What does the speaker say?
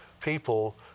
people